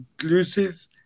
inclusive